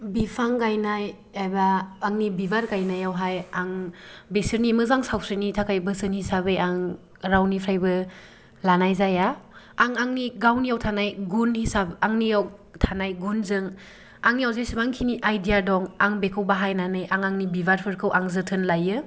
बिफां गायनाय एबा आंनि बिबार गायनायाव हाय आं बिसोरनि मोजां सावस्रिनि थाखाय बोसोन हिसाबै आं रावनिफ्रायबो लानाय जाया आं आंनि गावनिआव थानाय गुन हिसाब आंनिआव थानाय गुनजों आंनिआव जिसिबांखिनि आइडिया दं आं बेखौ बाहाय नानै आं आंनि बिबार फोरखौ आं जोथोन लायो